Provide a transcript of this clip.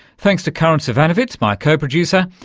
thanks to karin zsivanovits my co-producer,